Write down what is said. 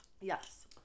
Yes